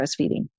breastfeeding